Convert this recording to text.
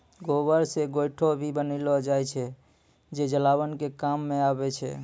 गोबर से गोयठो भी बनेलो जाय छै जे जलावन के काम मॅ आबै छै